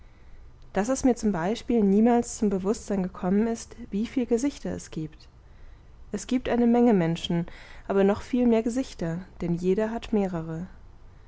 daß es mir zum beispiel niemals zum bewußtsein gekommen ist wieviel gesichter es giebt es giebt eine menge menschen aber noch viel mehr gesichter denn jeder hat mehrere